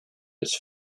its